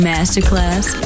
Masterclass